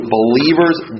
believers